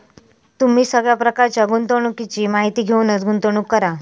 तुम्ही सगळ्या प्रकारच्या गुंतवणुकीची माहिती घेऊनच गुंतवणूक करा